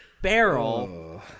barrel